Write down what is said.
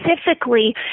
Specifically